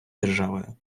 державою